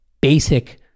basic